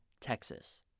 Texas